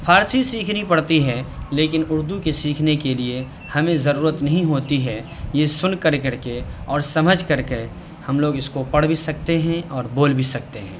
فارسی سیکھنی پڑتی ہے لیکن اردو کے سیکھنے کے لیے ہمیں ضرورت نہیں ہوتی ہے یہ سن کر کر کے اور سمجھ کر کے ہم لوگ اس کو پڑھ بھی سکتے ہیں اور بول بھی سکتے ہیں